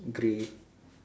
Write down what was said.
grey